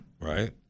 Right